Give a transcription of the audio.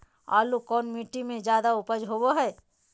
आलू कौन मिट्टी में जादा ऊपज होबो हाय?